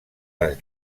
les